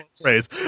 phrase